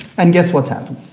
and guess what happened?